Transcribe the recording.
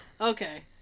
Okay